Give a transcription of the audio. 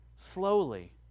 slowly